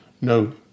no